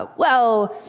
ah well,